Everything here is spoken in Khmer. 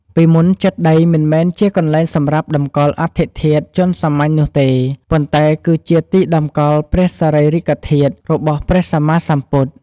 ពីមុនចេតិយមិនមែនជាកន្លែងសម្រាប់តម្កល់អដ្ឋិធាតុជនសាមញ្ញនោះទេ ប៉ុន្តែគឺជាទីតម្កល់ព្រះសារីរិកធាតុរបស់ព្រះសម្មាសម្ពុទ្ធ។